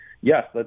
Yes